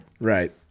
Right